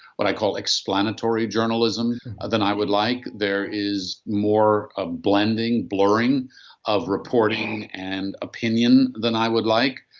what i call explanatory journalism ah than i would like. there is more of blending, blurring of reporting and opinion than i would like,